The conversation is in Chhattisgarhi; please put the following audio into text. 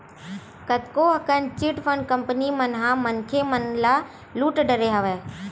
कतको अकन चिटफंड कंपनी मन ह मनखे मन ल लुट डरे हवय